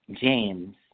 James